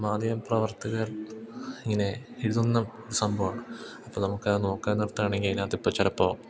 മാധ്യമ പ്രവർത്തകർ ഇങ്ങനെ എഴുതുന്ന ഒരു സംഭവമാണ് അപ്പം നമുക്കത് നോക്കാൻ നിർത്തുകയാണെങ്കിൽ അതിനതിപ്പം ചിലപ്പോൾ